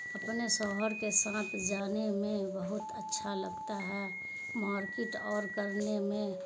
اپنے شوہر کے ساتھ جانے میں بہت اچھا لگتا ہے مارکیٹ اور کرنے میں